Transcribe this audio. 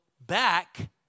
back